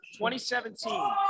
2017